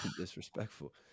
disrespectful